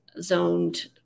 zoned